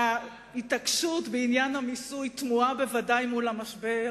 ההתעקשות בעניין המיסוי תמוהה, בוודאי מול המשבר.